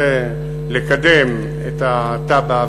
זה לקדם את התב"ע,